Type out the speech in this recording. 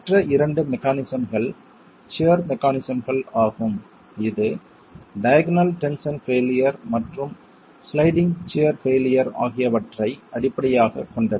மற்ற இரண்டு மெக்கானிசம்கள் சியர் மெக்கானிசம்கள் ஆகும் இது டையக்னல் டென்ஷன் பெய்லியர் மற்றும் சிளைடிங் சியர் பெய்லியர் ஆகியவற்றை அடிப்படையாகக் கொண்டது